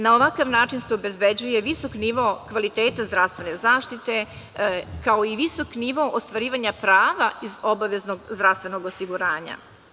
Na ovakav način se obezbeđuje visok nivo kvaliteta zdravstvene zaštite, kao i visok nivo ostvarivanja prava iz obaveznog zdravstvenog osiguranja.